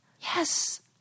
Yes